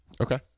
Okay